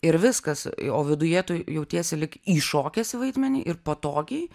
ir viskas o viduje tu jautiesi lyg iššokęs į vaidmenį ir patogiai